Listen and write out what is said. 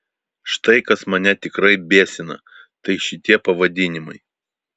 štai kas mane tikrai biesina tai šitie pavadinimai